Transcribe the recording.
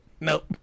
Nope